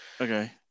okay